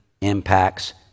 impacts